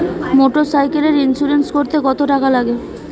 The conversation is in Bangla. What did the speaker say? মোটরসাইকেলের ইন্সুরেন্স করতে কত টাকা লাগে?